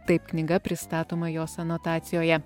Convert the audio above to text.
taip knyga pristatoma jos anotacijoje